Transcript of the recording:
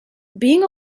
being